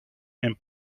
and